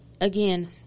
again